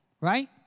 Right